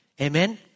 Amen